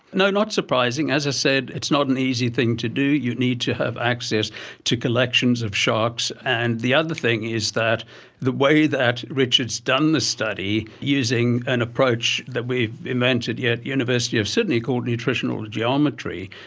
no, not surprising. as i said, it's not an easy thing to do, you need to have access to collections of sharks. and the other thing is that the way that richard has done this study using an approach that we invented here yeah at the university of sydney called nutritional geometry,